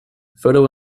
photo